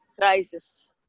crisis